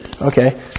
Okay